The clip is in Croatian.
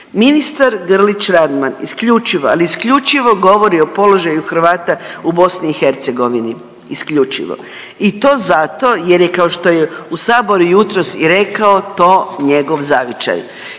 Ministar Grlić Radman isključivo, ali isključivo govori o položaju Hrvata u BiH, isključivo i to zato jer je kao što je u Sabor i jutros i rekao, to njegov zavičaj